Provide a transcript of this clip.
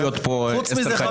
חוץ מזה,